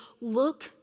look